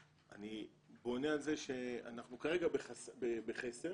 אנחנו כרגע בחסר